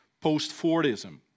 post-Fordism